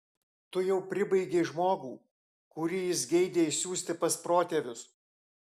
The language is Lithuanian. tu jau pribaigei žmogų kurį jis geidė išsiųsti pas protėvius